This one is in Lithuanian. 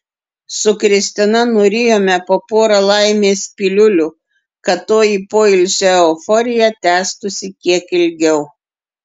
su kristina nurijome po porą laimės piliulių kad toji poilsio euforija tęstųsi kiek ilgiau